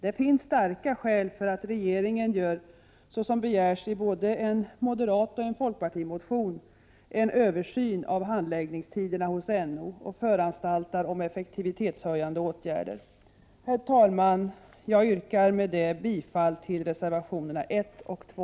Det finns starka skäl för att regeringen gör, såsom begärs i både en moderatoch en folkpartimotion, en översyn av handläggningstiderna hos NO och föranstaltar om effektivitetshöjande åtgärder. Herr talman! Jag yrkar härmed bifall till reservationerna 1 och 2.